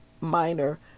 Minor